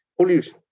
pollution